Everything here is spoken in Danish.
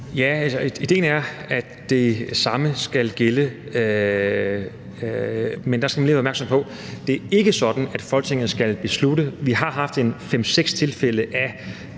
Ja, idéen er, at det samme skal gælde. Men der skal man lige være opmærksom på, at det ikke er sådan, at Folketinget skal beslutte det. Vi har haft 5-6 tilfælde af